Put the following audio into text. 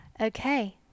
Okay